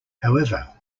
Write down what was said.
however